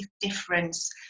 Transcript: difference